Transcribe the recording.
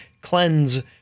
cleanse